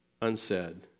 unsaid